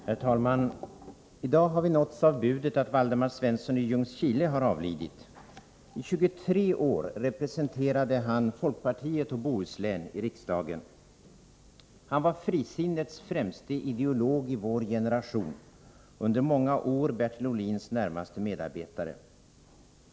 Herr talman! I dag har vi nåtts av budet att Waldemar Svensson i Ljungskile har avlidit. I 23 år representerade han folkpartiet och Bohuslän i riksdagen. Han var frisinnets främste ideolog i vår generation och under många år Bertil Ohlins närmaste medarbetare.